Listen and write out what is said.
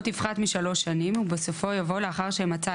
תפחת משלוש שנים" ובסופו יבוא "לאחר שמצא,